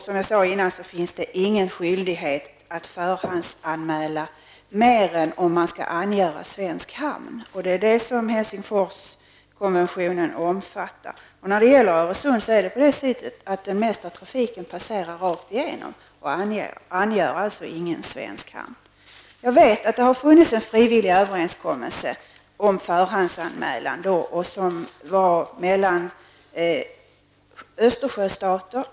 Som jag sade förut, finns det ingen skyldighet att förhandsanmäla, mer än om fartyget skall angöra svensk hamn, och det är det som Helsingforskonventionen omfattar. I Öresund passerar den mesta trafiken rakt igenom och angör alltså ingen svensk hamn. Jag vet att det har funnits en frivillig överenskommelse mellan Östersjöstater om förhandsanmälan.